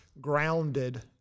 grounded